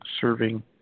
serving